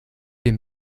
den